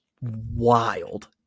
wild